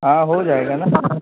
ہاں ہو جائے گا نا